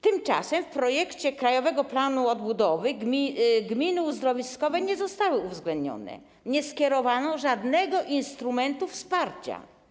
Tymczasem w projekcie krajowego planu odbudowy gminy uzdrowiskowe nie zostały uwzględnione, nie skierowano żadnego instrumentu wsparcia.